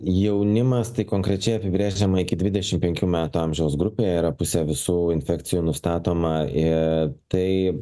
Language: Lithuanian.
jaunimas tai konkrečiai apibrėžiama iki dvidešimtpenkių metų amžiaus grupė yra pusė visų infekcijų nustatoma ir tai